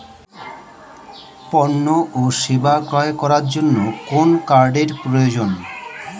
পণ্য ও সেবা ক্রয় করার জন্য কোন কার্ডের প্রয়োজন?